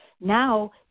now